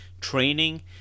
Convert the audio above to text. training